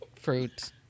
fruit